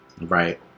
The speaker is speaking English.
right